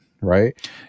Right